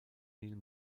neil